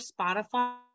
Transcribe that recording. Spotify